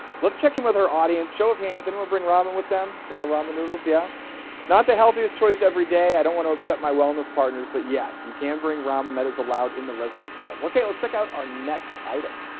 let's check in with our audience show of hands anyone bring ramen with them bring the ramen noodles? yeah not the healthiest choice every day. i don't want to upset my wellness partners but yes you can bring ramen that is allowed in the residence halls. okay let's check out our next item.